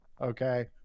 okay